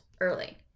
early